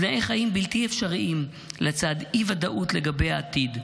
תנאי חיים בלתי אפשריים לצד אי-ודאות לגבי העתיד.